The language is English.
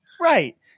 Right